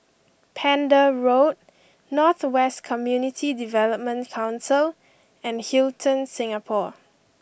Pender Road North West Community Development Council and Hilton Singapore